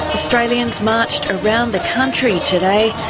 australians marched around the country today.